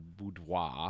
boudoir